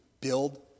build